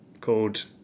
called